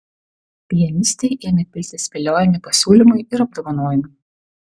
pianistei ėmė piltis viliojami pasiūlymai ir apdovanojimai